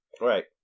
Right